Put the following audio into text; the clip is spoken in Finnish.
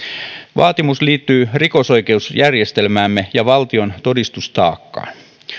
vaatimus liittyy rikosoikeusjärjestelmäämme ja valtion todistustaakkaan